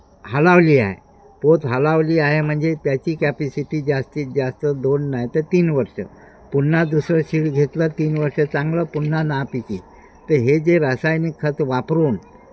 खालावली आहे पोत खालावली आहे म्हणजे त्याची कॅपिसिटी जास्तीत जास्त दोन नाही तर तीन वर्ष पुन्हा दुसरं शिड घेतलं तीन वर्ष चांगलं पुन्हा नापिकी तर हे जे रासायनिक खत वापरून